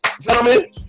gentlemen